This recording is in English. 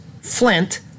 Flint